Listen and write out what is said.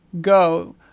Go